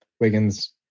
Wiggins